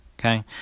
okay